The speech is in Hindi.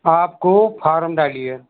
आपको फारम डालिए